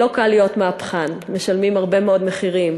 לא קל להיות מהפכן, משלמים הרבה מאוד מחירים.